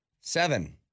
Seven